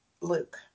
Luke